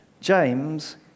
James